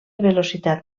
velocitat